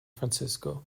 francisco